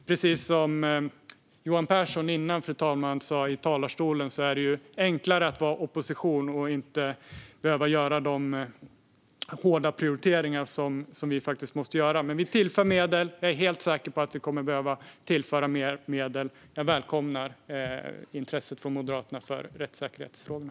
Precis som Johan Pehrson sa tidigare i talarstolen, fru talman, är det enklare att vara opposition och inte behöva göra de hårda prioriteringar som vi måste göra. Men vi tillför medel. Jag är helt säker på att vi kommer att behöva tillföra mer medel, och jag välkomnar intresset från Moderaternas sida för rättssäkerhetsfrågorna.